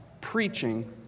preaching